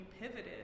pivoted